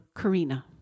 Karina